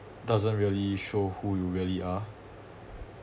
doesn't really show who you really are